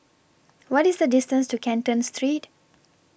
What IS The distance to Canton Street